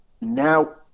Now